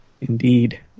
Indeed